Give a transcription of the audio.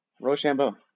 Rochambeau